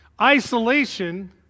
Isolation